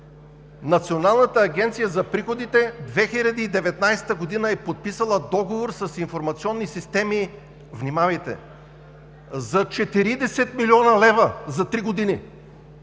Националната агенция за приходите 2019 г. е подписала договор с „Информационни системи“, внимавайте, за 40 млн. лв. за три години.